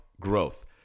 growth